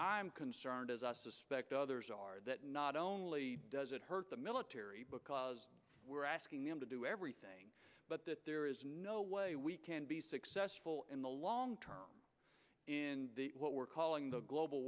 i'm concerned as a suspect others are that not only does it hurt the military because we're asking them to do everything but that there is no way we can be successful in the long term in what we're calling the global